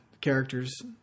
characters